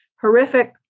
horrific